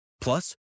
Plus